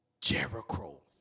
Jericho